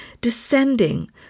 descending